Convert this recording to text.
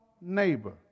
neighbor